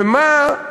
ומה,